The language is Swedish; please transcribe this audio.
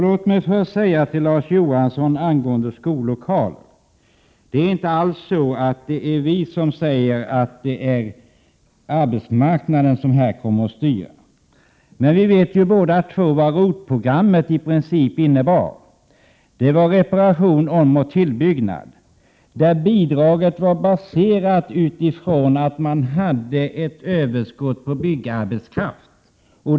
Låt mig först angående skollokaler säga till Larz Johansson att socialdemokraterna inte alls säger att det är arbetsmarknaden som kommer att styra. Vi vet båda två vad ROT-programmet i princip innebar. Det var reparation, omoch tillbyggnad, där bidraget var baserat på att det fanns ett överskott på byggarbetskraft.